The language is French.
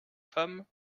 femme